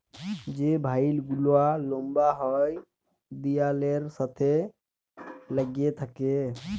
যে ভাইল গুলা লম্বা হ্যয় দিয়ালের সাথে ল্যাইগে থ্যাকে